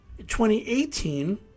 2018